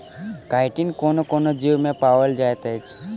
chitin कोनो कोनो जीवमे पाओल जाइत अछि